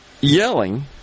yelling